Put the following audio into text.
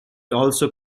also